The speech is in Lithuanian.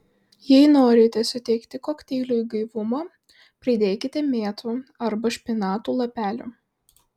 jei norite suteikti kokteiliui gaivumo pridėkite mėtų arba špinatų lapelių